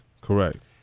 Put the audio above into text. Correct